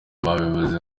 babivuze